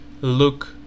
look